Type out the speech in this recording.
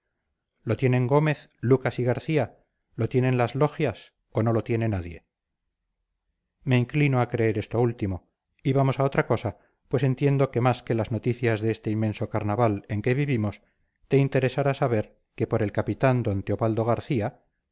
lo tienen gómez lucas y garcía lo tienen las logias o no lo tiene nadie me inclino a creer esto último y vamos a otra cosa pues entiendo que más que las noticias de este inmenso carnaval en que vivimos te interesará saber que por el capitán d teobaldo garcía